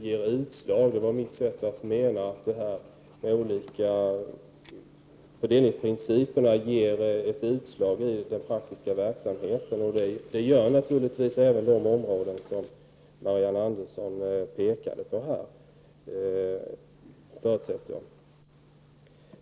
De olika fördelningsprinciperna ger utslag i den praktiska verksamheten, och jag förutsätter att det gäller även de områden som Marianne Andersson pekade på.